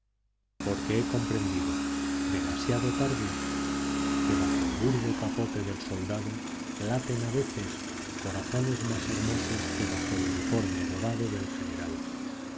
porque he comprendido demasiado tarde que bajo el burdo capote del soldado laten a veces corazones más hermosos que bajo el uniforme dorado del general oh